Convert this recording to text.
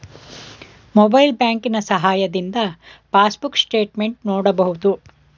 mobile ಬ್ಯಾಂಕಿನ ಸಹಾಯದಿಂದ passbook statement ನೋಡಬಹುದು